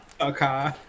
Okay